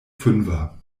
fünfer